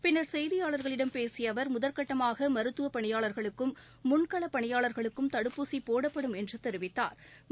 பின்னர் செய்தியாளர்களிடம் பேசிய அவர் முதல்கட்டமாக மருத்துவ பணியாளர்களுக்கும் முன்களப் பணியாளா்களுக்கும் தடுப்பூசி போடப்படும் என்று தெரிவித்தாா்